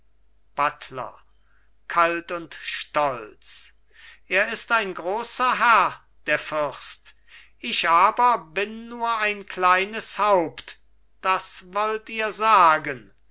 buttler kalt und stolz er ist ein großer herr der fürst ich aber bin nur ein kleines haupt das wollt ihr sagen